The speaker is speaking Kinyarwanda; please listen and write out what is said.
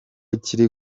kiri